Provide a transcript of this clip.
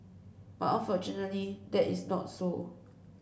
but unfortunately that is not so